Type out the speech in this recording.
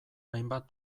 hainbat